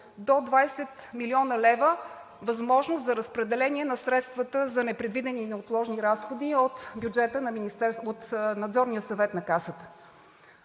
до 20 млн. лв. възможност за разпределение на средствата за непредвидени и неотложни разходи от бюджета от Надзорния съвет на Касата.